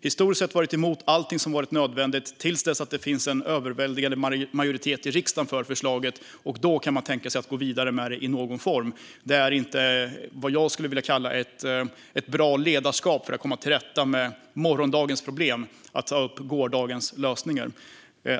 historiskt sett har varit emot allt som varit nödvändigt tills det finns en överväldigande majoritet i riksdagen för förslaget, och då kan man tänka sig att gå vidare med det i någon form. Det är inte vad jag skulle kalla ett bra ledarskap för att komma till rätta med morgondagens problem att ta upp gårdagens lösningar.